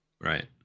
Right